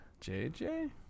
JJ